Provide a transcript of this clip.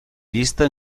llista